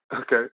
Okay